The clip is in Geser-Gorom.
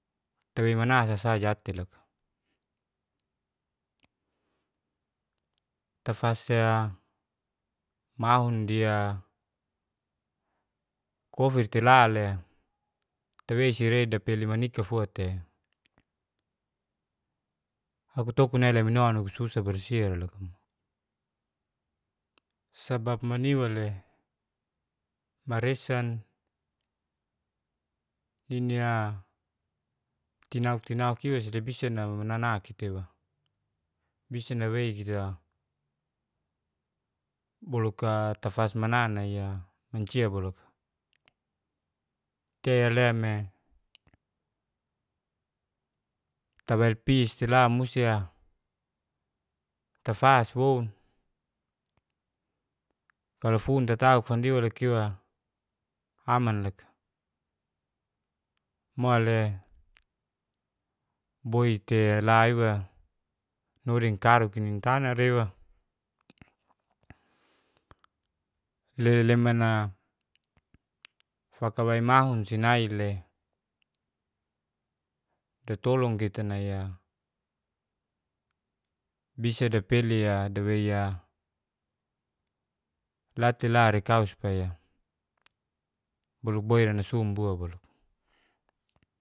Tawei mana sasa jat'te loka. Tafase'a mahun dia kofirtila'le tawei sireda pele manikafua tei. Akutokon nai lamino nagususa barsi'a loka mo, sbaba'a maniwa'le maresan nini'a tinauk-tinaukiwa nabisanau nana kitewa, bisa nawei boluk'a tafas mana nai'a mancia walo. keale'me tabilpis tila musti'a tafaswo, kalu funtatauk fandiwa lakiwa aman la'itu. Mo'le boi'te laiwa norinkaruk inin tanaraiwa, le'mana fakawai mahun sinai'le tatolong kita nai'a bisa de pe'lia dawei'a latela rikau supaya boluk boi nanasum bua walo.